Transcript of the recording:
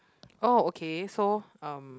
oh okay so um